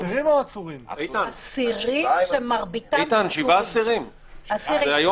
אם אני